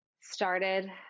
started